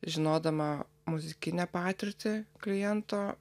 žinodama muzikinę patirtį kliento